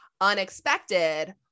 Unexpected